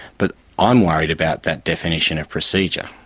but i'm worried about that definition of procedure.